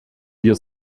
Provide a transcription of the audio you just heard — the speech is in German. wir